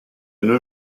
nos